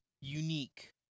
Unique